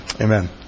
Amen